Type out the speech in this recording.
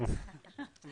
על